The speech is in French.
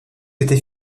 était